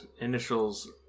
initials